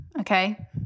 Okay